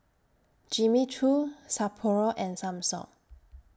Jimmy Choo Sapporo and Samsung